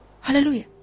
Hallelujah